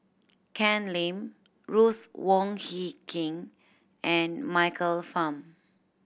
Ken Lim Ruth Wong Hie King and Michael Fam